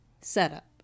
setup